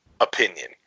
opinion